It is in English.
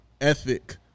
ethic